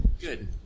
Good